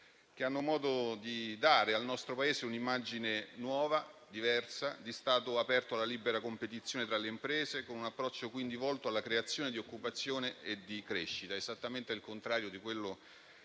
che possono dare al nostro Paese un'immagine nuova, diversa, di Stato aperto alla libera competizione tra le imprese, con un approccio quindi volto alla creazione di occupazione e di crescita, esattamente il contrario di quello che